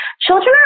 children